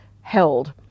held